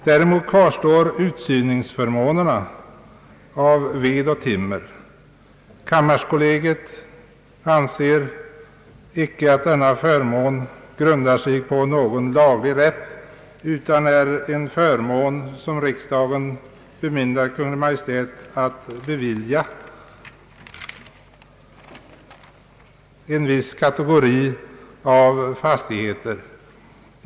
Däremot kvarstår utsyningsförmånerna när det gäller ved och timmer. Kammarkollegiet anser att dessa förmåner icke grundar sig på någon laglig rätt utan att de är förmåner som riksdagen bemyndigat Kungl. Maj:t att bevilja en viss kategori av fastigheter.